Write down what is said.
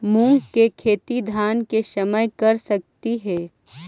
मुंग के खेती धान के समय कर सकती हे?